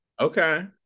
Okay